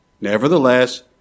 Nevertheless